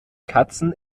katzen